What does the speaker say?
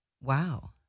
Wow